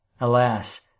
alas